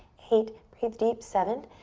eight, breathe deep. seven,